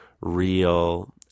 real